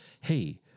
hey